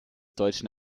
deutschen